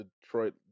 Detroit